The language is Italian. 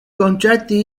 concerti